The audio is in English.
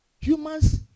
humans